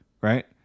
right